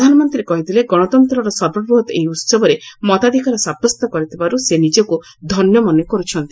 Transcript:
ପ୍ରଧାନମନ୍ତ୍ରୀ କହିଥିଲେ ଗଣତନ୍ତ୍ରର ସର୍ବବୃହତ୍ ଏହି ଉତ୍ସବରେ ମତାଧିକାର ସାବ୍ୟସ୍ତ କରିଥିବାରୁ ସେ ନିଜକୁ ଧନ୍ୟ ମନେ କରୁଛନ୍ତି